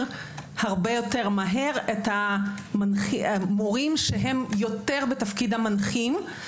הרבה יותר מהר את המורים שהם יותר בתפקיד המנחים.